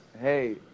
hey